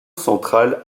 central